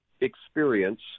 experience